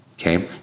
okay